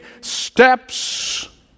steps